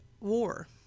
war